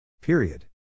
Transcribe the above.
Period